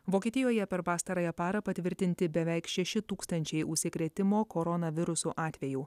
vokietijoje per pastarąją parą patvirtinti beveik šeši tūkstančiai užsikrėtimo koronavirusu atvejų